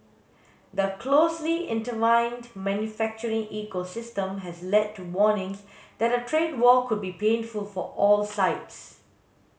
the closely intertwined manufacturing ecosystem has led to warnings that a trade war would be painful for all sides